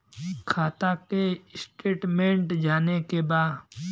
खाता के स्टेटमेंट जाने के बा?